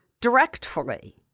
directly